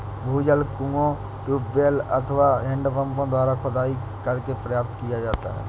भूजल कुओं, ट्यूबवैल अथवा हैंडपम्पों द्वारा खुदाई करके प्राप्त किया जाता है